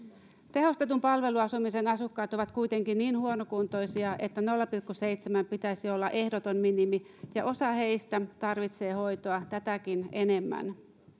tehostetun palveluasumisen asukkaat ovat kuitenkin niin huonokuntoisia että nolla pilkku seitsemän pitäisi olla ehdoton minimi ja osa heistä tarvitsee hoitoa tätäkin enemmän